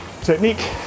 technique